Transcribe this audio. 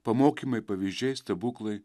pamokymai pavyzdžiai stebuklai